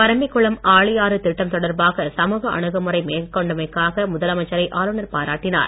பரம்பிக்குளம் ஆளியாறு திட்டம் தொடர்பாக சுமுக அணுகுமுறை கொண்டமைக்காக முதலமைச்சரை ஆளுநர் பாராட்டினார்